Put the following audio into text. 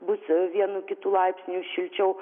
bus vienu kitu laipsniu šilčiau